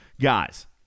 guys